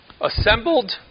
assembled